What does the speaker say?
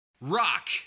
Rock